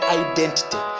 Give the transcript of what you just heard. identity